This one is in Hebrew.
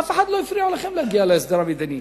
אף אחד לא הפריע לכם להגיע להסדר מדיני.